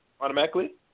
automatically